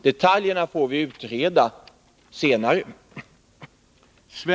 Detaljerna får vi utreda senare.